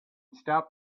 stop